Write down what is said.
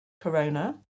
Corona